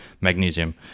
magnesium